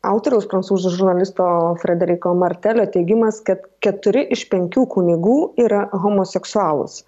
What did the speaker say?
autoriaus prancūzų žurnalisto frederiko martele teigimas kad keturi iš penkių kunigų yra homoseksualūs